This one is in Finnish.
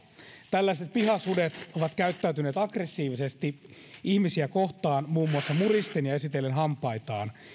tällaiset pihasudet ovat käyttäytyneet aggressiivisesti ihmisiä kohtaan muun muassa muristen ja esitellen hampaitaan